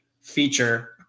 feature